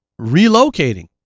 relocating